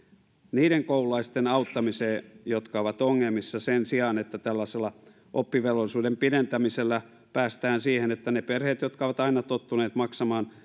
niiden koululaisten auttamiseen jotka ovat ongelmissa sen sijaan että tällaisella oppivelvollisuuden pidentämisellä päästään siihen että ne perheet jotka ovat aina tottuneet maksamaan